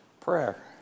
prayer